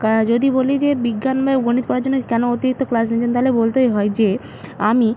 কারণ যদি বলি যে বিজ্ঞান বা গণিত পড়ার জন্য কেন অতিরিক্ত ক্লাস নিচ্ছেন তাহলে বলতেই হয় যে আমি